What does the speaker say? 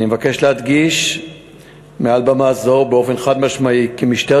אני מבקש להדגיש מעל במה זו באופן חד-משמעי כי משטרת